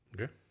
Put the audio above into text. okay